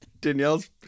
Danielle's